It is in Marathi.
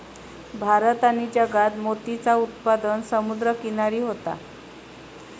भारत आणि जगात मोतीचा उत्पादन समुद्र किनारी होता